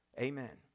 Amen